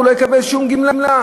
הוא לא יקבל שום גמלה.